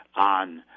on